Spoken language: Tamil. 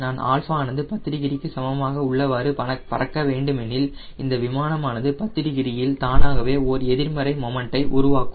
நான் α ஆனது 10 டிகிரி க்கு சமமாக உள்ளவாறு பறக்க வேண்டும் எனில் இந்த விமானமானது 10 டிகிரியில் தானாகவே ஓர் எதிர்மறை மொமண்ட்டை உருவாக்கும்